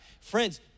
Friends